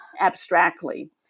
abstractly